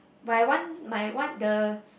my one my one the